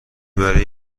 وری